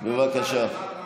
מפתח את העניין של החזיר,